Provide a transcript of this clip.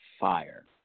fire